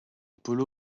polo